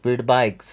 speed bikes